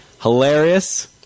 Hilarious